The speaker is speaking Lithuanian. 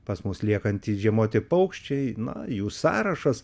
pas mus liekantys žiemoti paukščiai nuo jų sąrašas